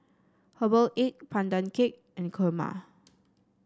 Herbal Egg Pandan Cake and Kurma